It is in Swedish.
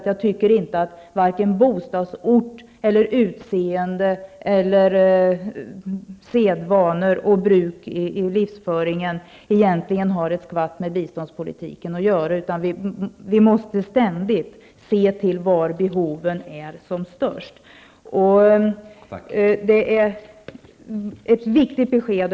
Jag tycker inte att vare sig bostadsort, utseende eller sedvanor och bruk i livsföringen egentligen har ett skvatt med biståndspolitiken att göra. Vi måste ständigt se till att hjälpa de länder där behoven är störst. Det är viktigt.